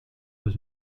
was